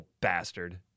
bastard